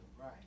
Right